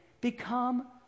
become